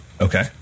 Okay